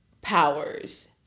powers